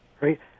right